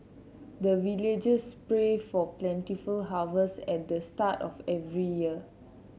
the villagers pray for plentiful harvest at the start of every year